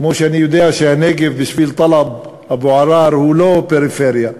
כמו שאני יודע שהנגב בשביל טלב אבו עראר הוא לא פריפריה,